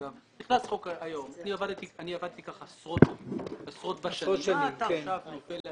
אני עבדתי כך עשרות בשנים ומה אתה עכשיו נופל עלי.